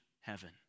heaven